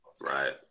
right